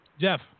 Jeff